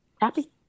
happy